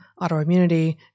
autoimmunity